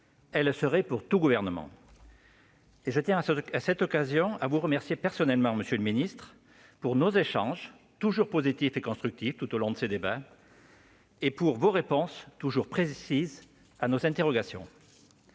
le serait pour tout gouvernement ! Je tiens à cette occasion à vous remercier personnellement, monsieur le ministre, de nos échanges toujours positifs et constructifs tout au long des débats et de vos réponses toujours précises à nos questions.